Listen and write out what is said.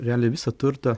realiai visą turtą